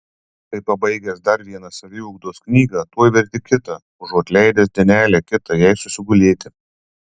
kai pabaigęs dar vieną saviugdos knygą tuoj verti kitą užuot leidęs dienelę kitą jai susigulėti